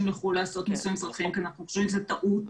לחו"ל לעשות נישואים אזרחיים כי אנחנו חושבים שזו טעות.